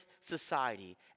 society